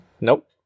Nope